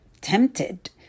tempted